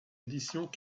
éditions